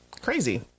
crazy